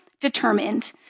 determined